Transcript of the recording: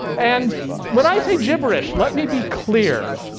and when i say gibberish let me be clear.